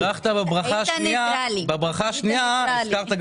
בירכת בברכה השנייה, הזכרת גם.